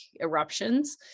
eruptions